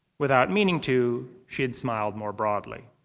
without meaning to, she had smiled more broadly.